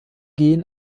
gehen